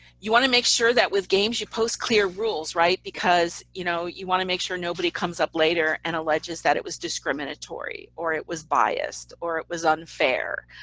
you want to make sure that with games you post clear rules because, you know, you want to make sure nobody comes up later and alleges that it was discriminatory, or it was biased, or it was unfair,